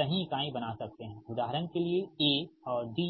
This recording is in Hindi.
सही इकाई बना सकते हैं उदाहरण के लिए A और D